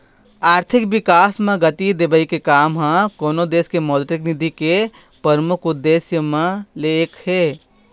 आरथिक बिकास म गति देवई के काम ह कोनो देश के मौद्रिक नीति के परमुख उद्देश्य म ले एक हे